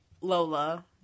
Lola